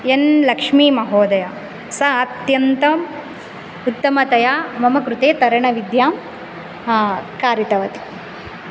N Lakshmi महोदया सा अत्यन्तम् उत्तमतया मम कृते तरणविद्यां कारितवती